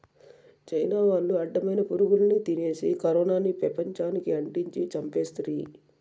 China వాళ్లు అడ్డమైన పురుగుల్ని తినేసి కరోనాని పెపంచానికి అంటించి చంపేస్తిరి